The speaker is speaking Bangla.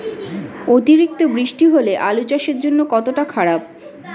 অতিরিক্ত বৃষ্টি হলে আলু চাষের জন্য কতটা খারাপ?